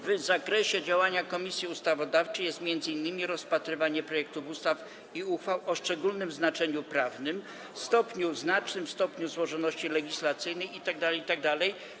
W zakresie działania Komisji Ustawodawczej jest m.in. rozpatrywanie projektów ustaw i uchwał o szczególnym znaczeniu prawnym, znacznym stopniu złożoności legislacyjnej itd., itd.